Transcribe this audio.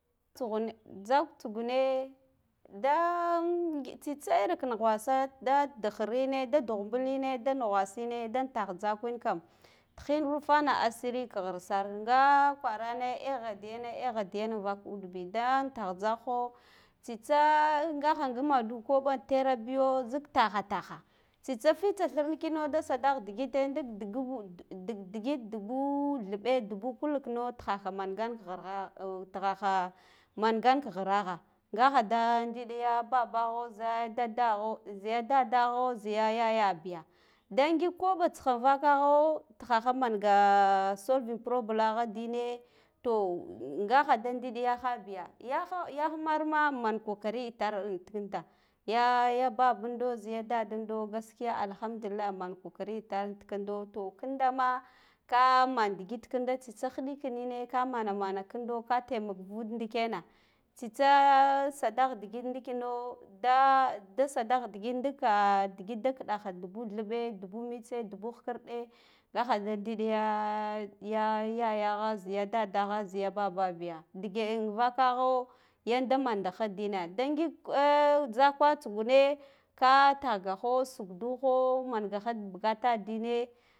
Tsughun tzak tsugune dega tsitsa ira ka nughwasine dan tah tzakwin kam tihin rufana ashiri ka ghir sar nga kwarane egha diyene vak o udbi da tah tzak huw tsitsa nga gha ngimadu kaɓa tera ɓiyo zik taha taha tsitsa fitsa thir kino da sad ah digite ndila digg bu digg digg t dubu thebbe dubu kulikan tiha ha mangan ghiragha ngaha da did ya babbaghu ziya dadd dadda ghu ziga yayabiya da ngik koɓa tsighin vakaghu tihaha mangaa solving problem gha dine to nga ha da did gaha biya yahau, yahamar ma imman ko kari itar in tikinda ya ya babbund ziya daddindo gaskiya alhamdullillah man kokari itar nti kindo to kindama kaa man digit kinda tsitsa hiɗikinine ka manamana kindo ka tamak vud ndike na tsitsa sadagh digid dikinno da, da sadah digid dikka digid da kɗaha dubu thebbe dubu mtse dubu hikirde ngaha da ndid yaa, ya yayagha ziya daddagha ziya bab ba a biya digge an vakaghu yanda manda dined ngik tsaka tsugune ka tah gaho shukduho mankagha bukata dine.